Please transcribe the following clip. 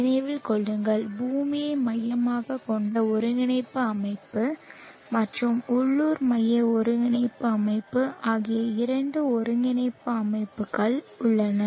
நினைவில் கொள்ளுங்கள் பூமியை மையமாகக் கொண்ட ஒருங்கிணைப்பு அமைப்பு மற்றும் உள்ளூர் மைய ஒருங்கிணைப்பு அமைப்பு ஆகிய இரண்டு ஒருங்கிணைப்பு அமைப்புகள் உள்ளன